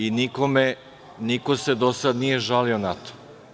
I niko se do sada nije žalio na to.